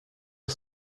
det